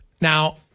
now